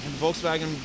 Volkswagen